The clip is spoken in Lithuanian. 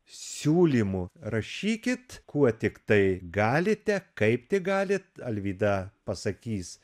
siūlymų rašykit kuo tiktai galite kaip tik galite alvyda pasakys